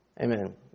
Amen